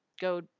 go